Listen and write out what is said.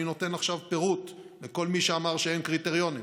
אני נותן עכשיו פירוט לכל מי שאמר שאין קריטריונים.